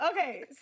Okay